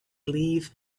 leave